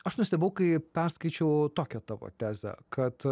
aš nustebau kai perskaičiau tokią tavo tezę kad